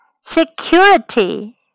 Security